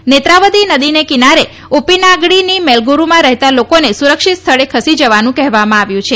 નેત્રાવતી નદીને કિનારે ઉપ્પીનાનગડીથી મેંગલુરૂમાં રહેતા લોકોને સુરક્ષિત સ્થળે ખસી જવાનું કહેવામાં આવ્યું છે